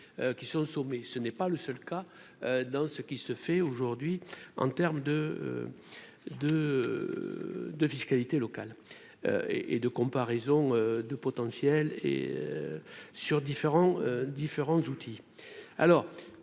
ce n'est pas le seul cas dans ce qui se fait aujourd'hui en terme de. De de fiscalité locale et et de comparaison de potentiel et sur différents